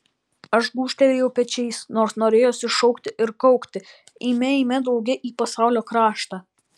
aš gūžtelėjau pečiais nors norėjosi šaukti ir kaukti eime eime drauge į pasaulio kraštą